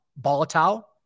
volatile